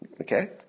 Okay